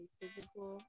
physical